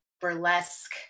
burlesque